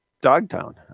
Dogtown